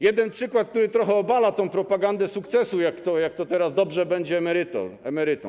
Jeden przykład, który trochę obala propagandę sukcesu, jak to teraz dobrze będzie emerytom.